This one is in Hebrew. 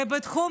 בתחום